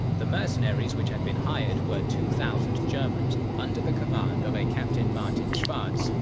the mercenaries which had been hired were two thousand germans under the command of a captain martin schwartz,